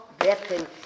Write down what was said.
weapon